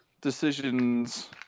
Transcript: decisions